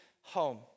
home